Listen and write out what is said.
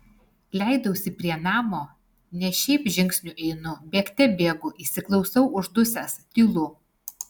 leidausi prie namo ne šiaip žingsniu einu bėgte bėgu įsiklausau uždusęs tylu